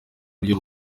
buryo